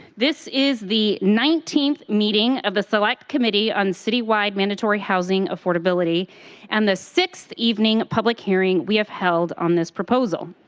this is the nineteenth meeting of the select committee on citywide mandatory housing affordability and the sixth evening public hearing we have held on this proposal.